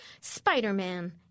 Spider-Man